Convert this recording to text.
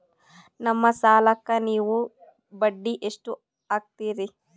ನಮ್ಮ ಸಾಲಕ್ಕ ನೀವು ಬಡ್ಡಿ ಎಷ್ಟು ಹಾಕ್ತಿರಿ?